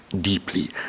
deeply